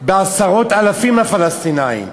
בעשרות אלפים לפלסטינים.